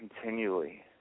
Continually